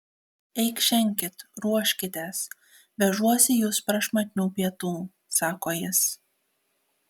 eikšenkit ruoškitės vežuosi jus prašmatnių pietų sako jis